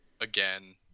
again